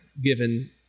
given